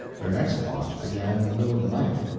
their next watch began in the middle of the night,